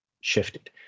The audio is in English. shifted